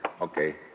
Okay